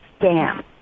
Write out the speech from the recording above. scam